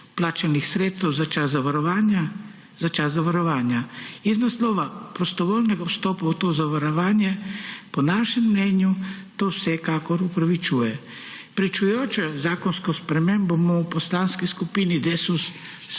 vplačanih sredstev za čas zavarovanja. Iz naslova prostovoljnega vstopa v to zavarovanje po našem mnenju to vsekakor upravičuje. Pričujočo zakonsko spremembo bomo v poslanski skupini Desus